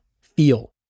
feel